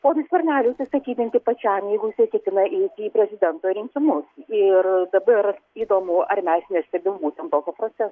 ponui skverneliui atsistatydinti pačiam jeigu jisai ketina eiti į prezidento rinkimus ir dabar įdomu ar mes nestebim būtent tokio proceso